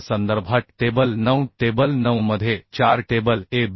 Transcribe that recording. च्या संदर्भात table 9 table 9 मध्ये 4 टेबल ए